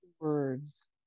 words